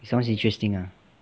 sounds interesting ah